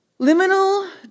Liminal